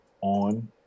on